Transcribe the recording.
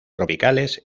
tropicales